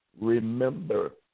Remember